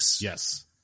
Yes